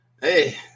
Hey